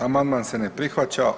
Amandman se ne prihvaća.